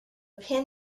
pin